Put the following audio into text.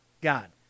God